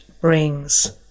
brings